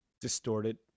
Distorted